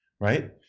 right